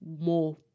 more